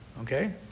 Okay